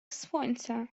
słońce